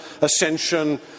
ascension